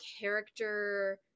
character